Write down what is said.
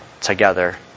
together